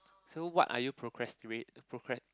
so what are you procrastira~ procras~